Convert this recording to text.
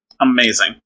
Amazing